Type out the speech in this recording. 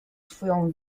swoją